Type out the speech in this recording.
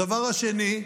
הדבר השני,